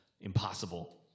impossible